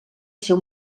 ser